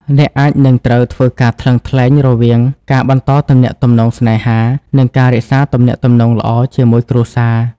អ្នកអាចនឹងត្រូវធ្វើការថ្លឹងថ្លែងរវាងការបន្តទំនាក់ទំនងស្នេហា និងការរក្សាទំនាក់ទំនងល្អជាមួយគ្រួសារ។